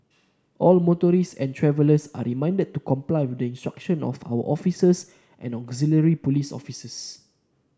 all motorists and travellers are reminded to comply with the instruction of our officers and auxiliary police officers